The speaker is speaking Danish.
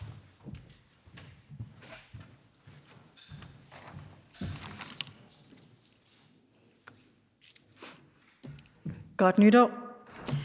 Godt nytår.